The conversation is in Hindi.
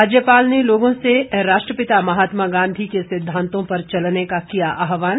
राज्यपाल ने लोगों से राष्ट्रपिता महात्मा गांधी के सिद्धांतों पर चलने का किया आहवान